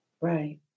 Right